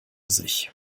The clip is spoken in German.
sich